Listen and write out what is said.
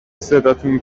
صداتون